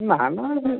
ନା ନା ଇଏ